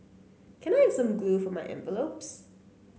can I have some glue for my envelopes